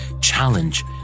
challenge